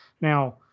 Now